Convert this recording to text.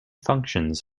functions